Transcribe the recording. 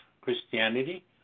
Christianity